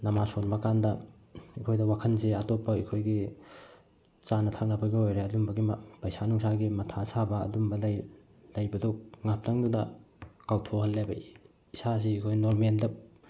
ꯅꯃꯥꯖ ꯁꯣꯟꯕ ꯀꯥꯟꯗ ꯑꯩꯈꯣꯏꯗ ꯋꯥꯈꯜꯁꯦ ꯑꯇꯣꯞꯄ ꯑꯩꯈꯣꯏꯒꯤ ꯆꯥꯅ ꯊꯛꯅꯕꯒꯤ ꯑꯣꯏꯔꯦ ꯑꯗꯨꯝꯕꯒꯤ ꯄꯩꯁꯥ ꯅꯨꯡꯁꯥꯒꯤ ꯃꯊꯥ ꯁꯥꯕ ꯑꯗꯨꯝꯕ ꯂꯩꯕꯗꯨ ꯉꯥꯏꯍꯥꯛꯇꯪꯗꯨꯗ ꯀꯥꯎꯊꯣꯛꯍꯜꯂꯦꯕ ꯏꯁꯥꯁꯤ ꯑꯩꯈꯣꯏ ꯅꯣꯔꯃꯦꯜꯗ